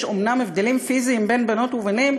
יש אומנם הבדלים פיזיים בין בנות ובנים,